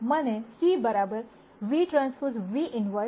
મને c vTv inverse vTX મળશે